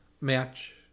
match